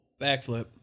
Backflip